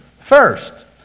first